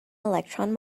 electron